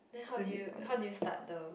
couldn't be bothered